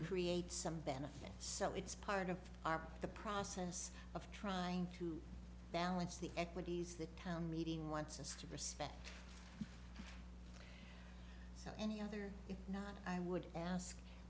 create some benefit so it's part of our the process of trying to balance the equities the town meeting wants us to respect so any other if not i would ask